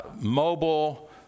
mobile